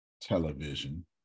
television